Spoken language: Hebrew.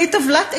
בלי טבלת "אקסל"